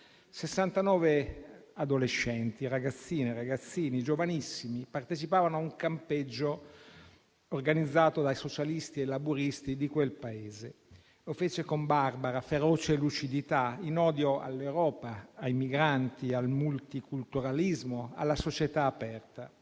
69 adolescenti, ragazzine e ragazzini giovanissimi che partecipavano a un campeggio organizzato dai socialisti e laburisti di quel Paese. Lo fece con barbara ferocia e lucidità, per odio contro l'Europa, i migranti, il multiculturalismo, la società aperta.